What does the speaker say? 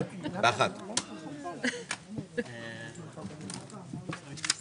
12:42.